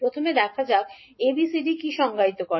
প্রথমে দেখা যাক ABCD কী সংজ্ঞায়িত করে